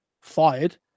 fired